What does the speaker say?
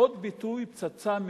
עוד ביטוי הוא "פצצה מתקתקת".